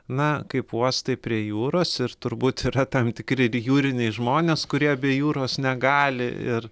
na kaip uostai prie jūros ir turbūt yra tam tikri ir jūriniai žmonės kurie be jūros negali ir